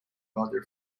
other